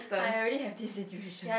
I already have this situation